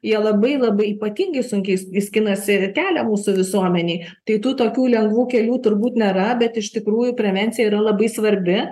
jie labai labai ypatingai sunkiai skinasi kelią mūsų visuomenėj tai tų tokių lengvų kelių turbūt nėra bet iš tikrųjų prevencija yra labai svarbi